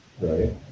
right